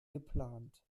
geplant